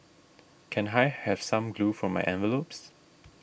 can I have some glue for my envelopes